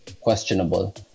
questionable